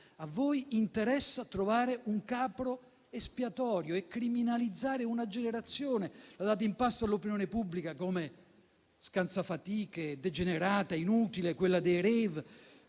A voi interessa trovare un capro espiatorio e criminalizzare una generazione. La date in pasto all'opinione pubblica come scansafatiche, degenerata, inutile, come la generazione